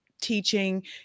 teaching